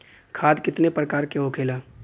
खाद कितने प्रकार के होखेला?